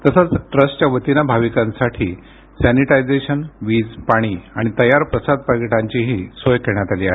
तसच ट्रस्टच्या वतीन भाविकांसाठी सॅनीटायझेशन वीज पाणी आणि तयार प्रसाद पाकिटांची ही सोय करण्यात आली आहे